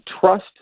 trust